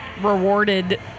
rewarded